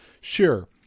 sure